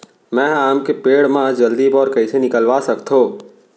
मैं ह आम के पेड़ मा जलदी बौर कइसे निकलवा सकथो?